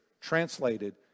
translated